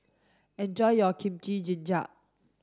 enjoy your Kimchi Jjigae